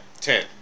ten